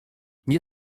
nie